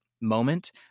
moment